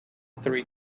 three